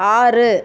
ஆறு